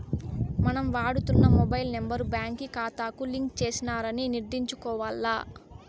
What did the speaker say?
మనం వాడుతున్న mobile number బాంకీ కాతాకు లింక్ చేసినారని నిర్ధారించుకోవాల్ల